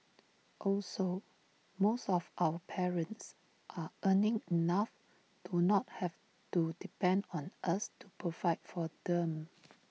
also most of our parents are earning enough to not have to depend on us to provide for them